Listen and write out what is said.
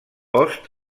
post